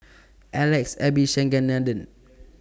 Alex Abisheganaden